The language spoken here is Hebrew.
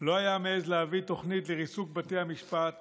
לא היה מעז להביא תוכנית לריסוק בתי המשפט